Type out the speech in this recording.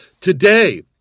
today